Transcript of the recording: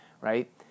right